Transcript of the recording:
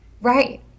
right